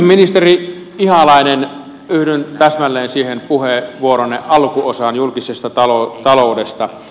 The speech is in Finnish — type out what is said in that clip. ministeri ihalainen yhdyn täsmälleen siihen puheenvuoronne alkuosaan julkisesta taloudesta